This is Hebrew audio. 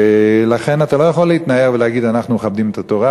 ולכן אתה לא יכול להתנער ולהגיד: אנחנו מכבדים את התורה,